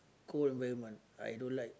cold environment I don't like